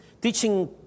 teaching